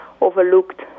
overlooked